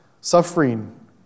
suffering